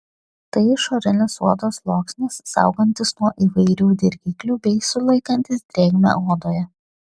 tai išorinis odos sluoksnis saugantis nuo įvairių dirgiklių bei sulaikantis drėgmę odoje